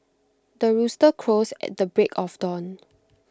the rooster crows at the break of dawn